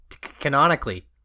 canonically